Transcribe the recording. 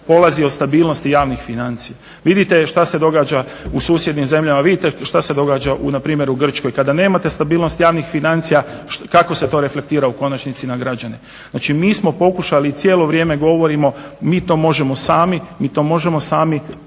polazi od stabilnosti javnih financija. Vidite šta se događa u susjednim zemljama, vidite šta se događa npr. u Grčkoj kada nemate stabilnost javnih financija kako se to reflektira u konačnici na građane. Znači mi smo pokušali i cijelo vrijeme govorimo mi to možemo sami, mi to možemo sami